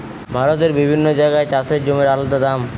ভারতের বিভিন্ন জাগায় চাষের জমির আলদা দাম